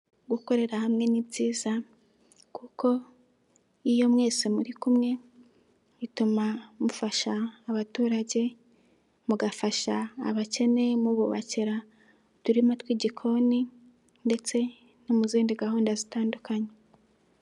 Gukorera hamwe ni byiza kuko iyo mwese muri kumwe bituma mufasha abaturage mugafasha abakene, mububakira uturima tw'igikoni ndetse no mu zindi gahunda zitandukanye.